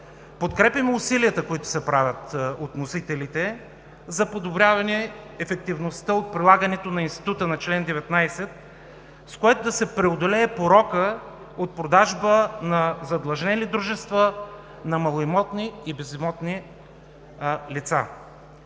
подкрепяме усилията, които се правят от вносителите за подобряване от прилагането на института на чл. 19, с което да се преодолее порока от продажба на задлъжнели дружества, на малоимотни и безимотни лица.